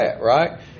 right